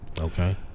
Okay